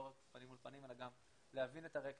לא רק פנים מול פנים אלא גם להבין את הרקע